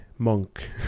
monk